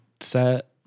set